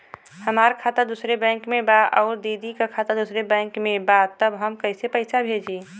हमार खाता दूसरे बैंक में बा अउर दीदी का खाता दूसरे बैंक में बा तब हम कैसे पैसा भेजी?